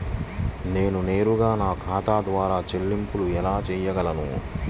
నేను నేరుగా నా ఖాతా ద్వారా చెల్లింపులు ఎలా చేయగలను?